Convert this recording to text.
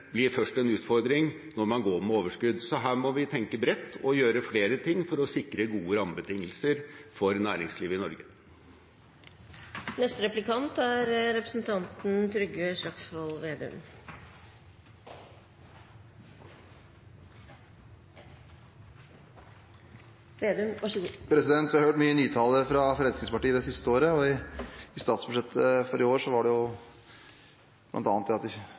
blir først en utfordring når man går med overskudd. Her må man tenke bredt og gjøre flere ting for å sikre gode rammebetingelser for næringslivet i Norge. Vi har hørt mye nytale fra Fremskrittspartiet det siste året, og i statsbudsjettet for i år var det bl.a. det at man skulle begynne å kreve inn bompenger smartere. I fjor var det smart å avskaffe bompenger, i år er det